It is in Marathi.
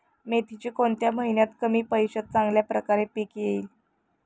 मेथीचे कोणत्या महिन्यात कमी पैशात चांगल्या प्रकारे पीक येईल?